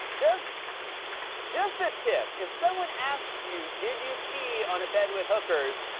just just a tip. if someone asks you, did you pee on a bed with hookers?